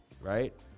right